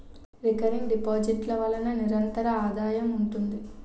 recurring deposit ల వలన నిరంతర ఆదాయం ఉంటుంది